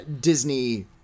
Disney